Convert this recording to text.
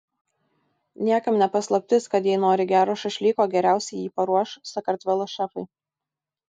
niekam ne paslaptis kad jei nori gero šašlyko geriausiai jį paruoš sakartvelo šefai